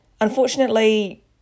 Unfortunately